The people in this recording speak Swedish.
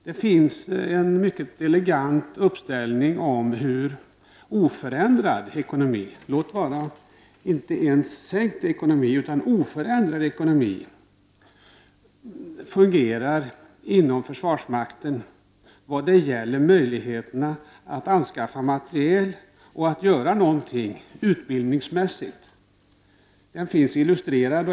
Det finns en mycket elegant uppställning om hur oförändrad ekonomi — låt vara inte ens sänkt ekonomi — fungerar inom försvarsmakten vad det gäller möjligheterna att anskaffa materiel och att göra något utbildningsmässigt. Den logiken finns illustrerad.